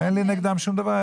אין לי נגדם שום דבר.